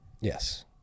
Yes